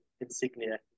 insignia